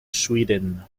sweden